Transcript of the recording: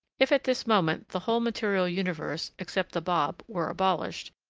if, at this moment, the whole material universe, except the bob, were abolished,